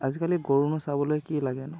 আজিকালি চাবলৈ কি লাগে নো